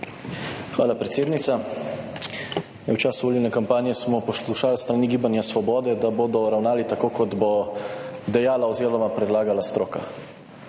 Hvala, predsednica. V času volilne kampanje smo poslušali s strani Gibanja svobode, da bodo ravnali tako, kot bo dejala oziroma predlagala stroka.